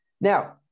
Now